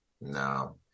no